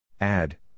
Add